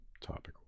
topic